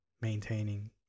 maintaining